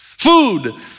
food